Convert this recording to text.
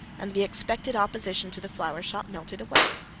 and the expected opposition to the flower shop melted away.